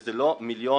וזה לא מיליון